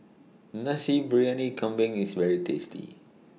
Nasi Briyani Kambing IS very tasty